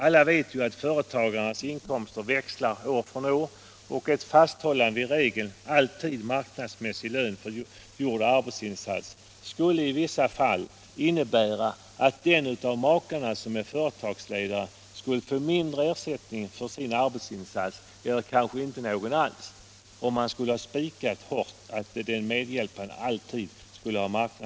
Alla vet att företagarens inkomster växlar år från år, och ett fasthållande vid regeln att marknadsmässig lön alltid skall utgå för gjord arbetsinsats skulle i vissa fall innebära, att den av makarna som är företagsledare skulle få mindre ersättning för sin arbetsinsats eller kanske inte någon alls.